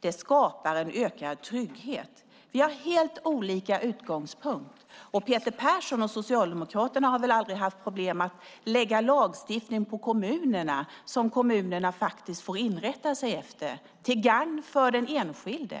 Det skapar en ökad trygghet. Vi har helt olika utgångspunkter. Peter Persson och Socialdemokraterna har väl aldrig haft problem med att lägga lagstiftning på kommunerna som kommunerna faktiskt får inrätta sig efter till gagn för den enskilde.